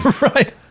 Right